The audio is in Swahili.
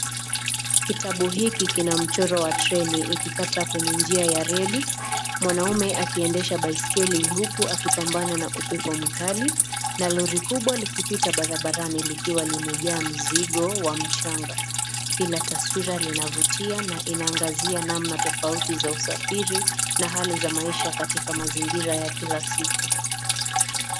Kitabu hiki kina mchoro wa treni ikikata kwenye njia ya reli , mwanaume akiendesha baiskeli huku akipambana na upepo mkali na lori kubwa likipita barabarani likiwa limejaa mzigo wa mchanga ,kila taswila linavutia na inaangazia namna tofauti za usafiri na hali za maisha katika mazingira ya kila siku.